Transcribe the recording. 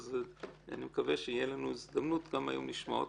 אני מקווה שתהיה לנו הזדמנות היום לשמוע אותם,